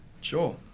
Sure